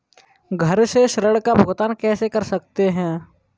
घर से ऋण का भुगतान कैसे कर सकते हैं?